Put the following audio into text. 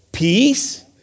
Peace